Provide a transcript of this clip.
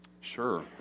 Sure